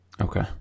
Okay